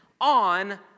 on